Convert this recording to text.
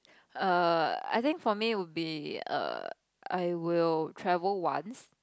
err I think for me will be err I will travel once